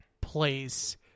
place